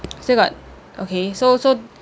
still got okay so so